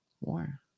War